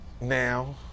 now